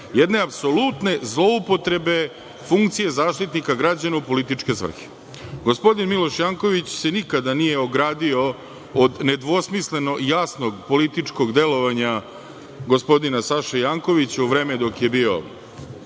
jedne apsolutne zloupotrebe funkcije Zaštitnika građana u političke svrhe. Gospodin Miloš Janković se nikada nije ogradio od nedvosmisleno jasnog političkog delovanja gospodina Saše Jankovića, u vreme dok je bio